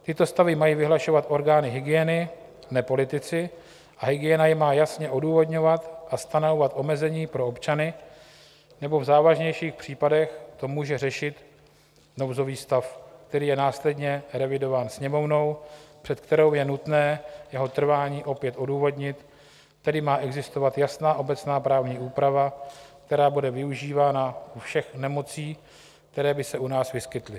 Tyto stavy mají vyhlašovat orgány hygieny, ne politici, a hygiena je má jasně odůvodňovat a stanovat omezení pro občany, nebo v závažnějších případech to může řešit nouzový stav, který je následně revidován Sněmovnou, před kterou je nutné jeho trvání opět odůvodnit, tedy má existovat jasná obecná právní úprava, která bude využívána u všech nemocí, které by se u nás vyskytly.